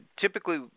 typically